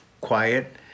quiet